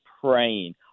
praying